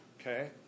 Okay